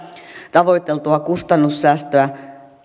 tavoiteltua kustannussäästöä